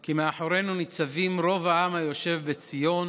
כי מאחורינו ניצבים רוב העם היושב בציון,